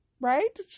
Right